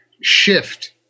shift